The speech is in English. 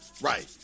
Right